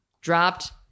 Dropped